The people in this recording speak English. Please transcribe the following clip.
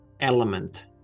element